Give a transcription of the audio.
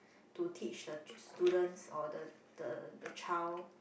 to teach the students or the the the child